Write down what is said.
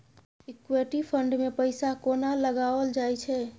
Equity fund मे पैसा कोना लगाओल जाय छै?